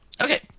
Okay